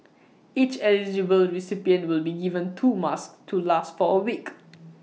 each eligible recipient will be given two masks to last for A week